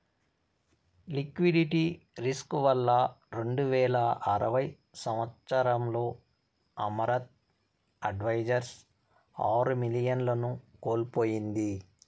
liquidity risk వల్ల రెండువేల ఆరవ సంవచ్చరంలో అమరత్ అడ్వైజర్స్ ఆరు మిలియన్లను కోల్పోయింది